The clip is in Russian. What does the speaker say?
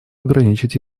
ограничить